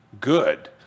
good